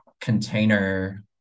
container